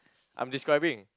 I'm describing